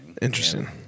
Interesting